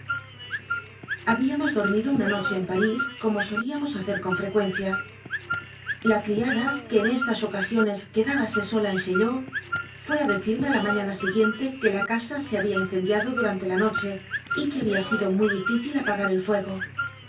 habíamos dormido una noche en parís como solíamos hacer con frecuencia la criada que en estas ocasiones quedábase sola en chaillot fué a decirme a la mañana siguiente que la casa se ha bía incendiado durante la noche y que había sido muy difícil apagar el fuego